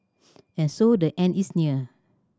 and so the end is near